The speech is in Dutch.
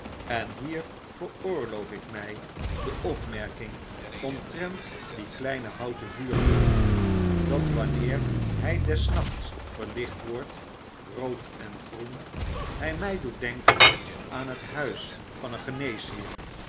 en hier veroorloof ikmij deopmerking omtrent dien kleinen houten vuurtoren dat wanneer hjj des nachts verlicbt wordt rood en groen hg mij doet denken aan het huis van een